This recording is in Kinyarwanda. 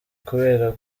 kubera